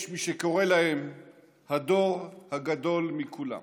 יש מי שקורא להם "הדור הגדול מכולם".